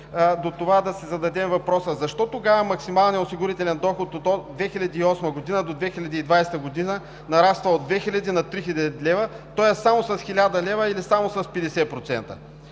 до това да си зададем въпроса: защо тогава максималният осигурителен доход от 2008 г. до 2020 г. нараства от 2000 лв. на 3000 лв., тоест само с 1000 лв., или само с 50%?